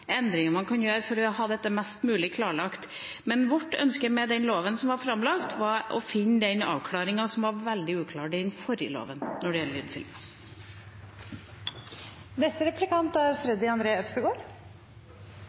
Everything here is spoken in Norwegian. endringer man kan gjøre for å ha dette mest mulig klarlagt. Men vårt ønske med den loven som ble framlagt, var å finne en avklaring på det som var veldig uklart i den forrige loven, når det gjelder